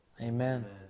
Amen